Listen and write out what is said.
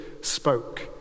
spoke